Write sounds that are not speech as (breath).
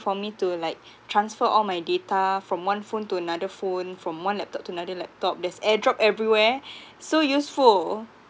for me to like (breath) transfer all my data from one phone to another phone from one laptop to another laptop there's airdrop everywhere (breath) so useful